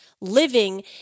living